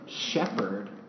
shepherd